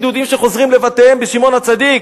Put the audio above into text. יהודים שחוזרים לבתיהם בשמעון-הצדיק.